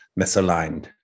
misaligned